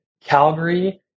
Calgary